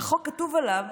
כתוב עליו